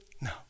No